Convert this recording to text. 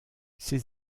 ses